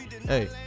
Hey